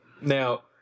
Now